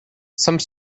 some